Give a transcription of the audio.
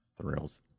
thrills